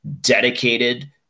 dedicated